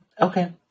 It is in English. Okay